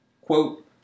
Quote